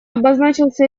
обозначился